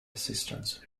assistance